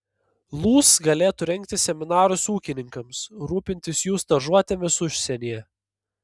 lūs galėtų rengti seminarus ūkininkams rūpintis jų stažuotėmis užsienyje